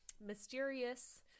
mysterious